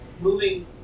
moving